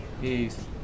peace